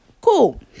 cool